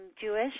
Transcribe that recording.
Jewish